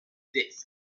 disk